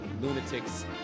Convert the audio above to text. lunatics